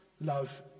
love